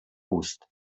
ust